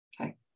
Okay